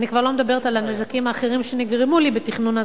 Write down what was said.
אני כבר לא מדברת על הנזקים האחרים שנגרמו לי בתכנון הזמן.